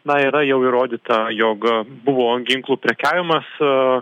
na yra jau įrodyta jog buvo ginklų prekiavimas